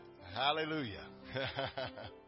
Hallelujah